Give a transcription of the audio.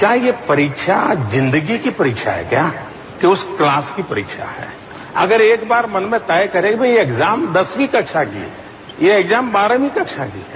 क्या ये परीक्षा जिंदगी की परीक्षा है क्या कि उस क्लास की परीक्षा है अगर एक बार मन में तय करें कि भई ये एग्जाम दसवीं कक्षा की है यह एग्जाम बाहरवीं कक्षा की है